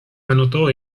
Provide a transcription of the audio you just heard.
anotó